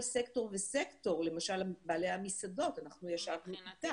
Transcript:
סקטור וסקטור למשל בעלי המסעדות אנחנו ישבנו אתם,